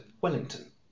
Wellington